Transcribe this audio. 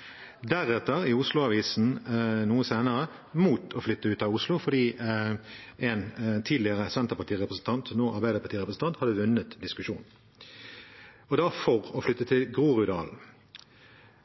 fordi en tidligere Arbeiderparti-representant, nå Senterparti-representant, hadde vunnet diskusjonen – og da for å flytte til Groruddalen.